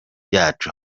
yacu